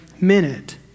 minute